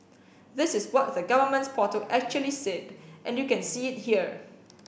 this is what the government portal actually said and you can see it here